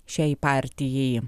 šiai partijai